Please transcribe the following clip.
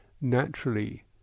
naturally